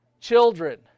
children